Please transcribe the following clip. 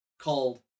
called